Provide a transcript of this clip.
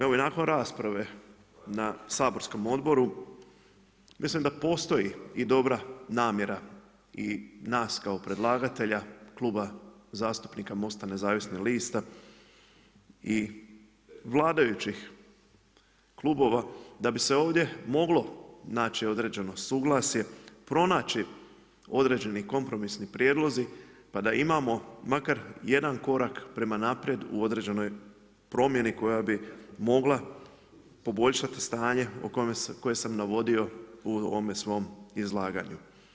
Evo i nakon rasprave na saborskom odboru mislim da postoji i dobra namjera i nas kao predlagatelja Kluba zastupnika Most-a nezavisnih lista i vladajućih klubova da bi se ovdje moglo naći određeno suglasje, pronaći određeni kompromisni prijedlozi pa da imamo makar jedan korak prema naprijed u određenoj promjeni koja bi mogla poboljšati stanje koje sam navodio u ovome svom izlaganju.